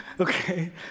Okay